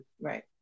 right